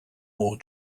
more